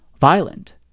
violent